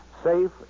Safe